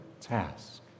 task